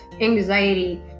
anxiety